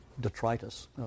detritus